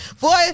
Boy